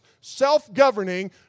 self-governing